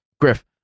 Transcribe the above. Griff